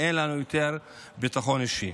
אין לנו יותר ביטחון אישי